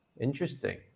Interesting